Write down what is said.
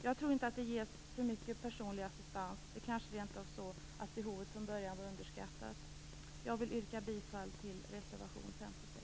Jag tror inte att det ges för mycket personlig assistans, det kanske rent av är så att behovet från början var underskattat. Jag yrkar bifall till reservation 56.